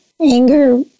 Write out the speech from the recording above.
anger